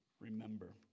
Remember